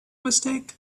mistake